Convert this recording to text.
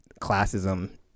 classism